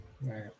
Right